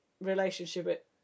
relationship